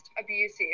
abusive